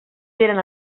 eren